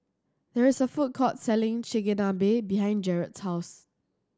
there is a food court selling Chigenabe behind Jerrad's house